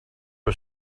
was